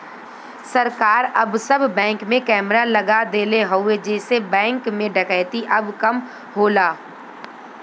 सरकार अब सब बैंक में कैमरा लगा देले हउवे जेसे बैंक में डकैती अब कम होला